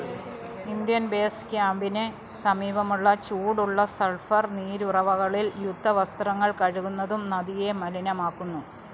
Indian base ക്യാമ്പിന് സമീപമുള്ള ചൂടുള്ള സൾഫർ നീരുറവകളിൽ യുദ്ധവസ്ത്രങ്ങൾ കഴുകുന്നതും നദിയെ മലിനമാക്കുന്നു